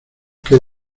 que